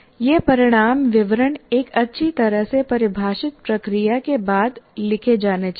ये परिणाम विवरण एक अच्छी तरह से परिभाषित प्रक्रिया के बाद लिखे जाने चाहिए